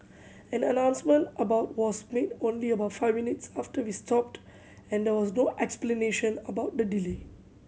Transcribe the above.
an announcement about was made only about five minutes after we stopped and there was no explanation about the delay